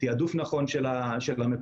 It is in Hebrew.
תעדוף נכון של המקורות,